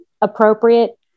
appropriate